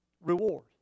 reward